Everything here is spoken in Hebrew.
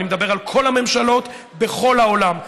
אני מדבר על כל הממשלות בכל העולם.